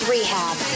Rehab